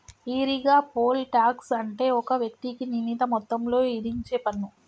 ఈరిగా, poll tax అంటే ఒక వ్యక్తికి నిర్ణీత మొత్తంలో ఇధించేపన్ను